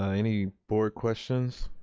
any board questions?